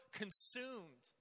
consumed